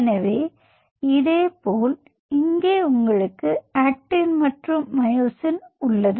எனவே இதேபோல் இங்கே உங்களுக்கு ஆக்டின் மற்றும் மயோசின் உள்ளது